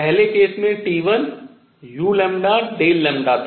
पहले केस में T1 u Δλ था